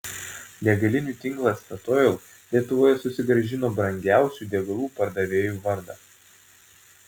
degalinių tinklas statoil lietuvoje susigrąžino brangiausių degalų pardavėjų vardą